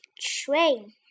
train